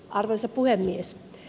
arvoisa puhemies